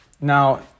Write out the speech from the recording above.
Now